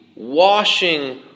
washing